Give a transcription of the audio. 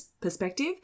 perspective